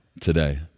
today